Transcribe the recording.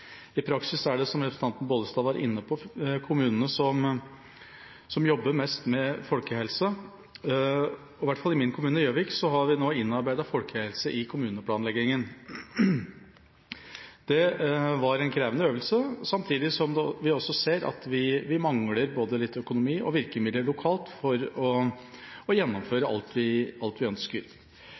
I praksis er det, som representanten Bollestad var inne på, kommunene som jobber mest med folkehelsa. I hvert fall har vi nå i min kommune, Gjøvik, innarbeidet folkehelse i kommuneplanleggingen. Det var en krevende øvelse. Samtidig ser vi at vi mangler både litt økonomi og virkemidler lokalt for å gjennomføre alt vi